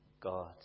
God